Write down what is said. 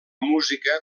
música